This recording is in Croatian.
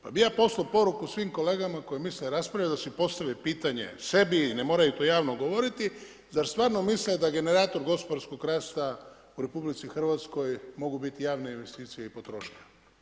Pa ja bi poslo poruku svim kolegama koje misle raspravljati da si postave pitanje sebi i ne moraju to javno govoriti, zar stvarno misle da generator gospodarskog rasta u RH mogu biti javne investicije i potrošnja?